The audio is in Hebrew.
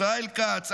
ישראל כץ,